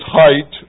height